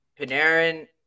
Panarin